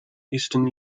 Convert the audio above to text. eastern